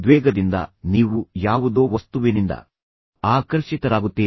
ಉದ್ವೇಗದಿಂದ ನೀವು ಯಾವುದೋ ವಸ್ತುವಿನಿಂದ ಆಕರ್ಷಿತರಾಗುತ್ತೀರಿ